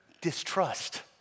Distrust